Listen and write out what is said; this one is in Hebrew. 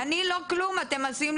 משרד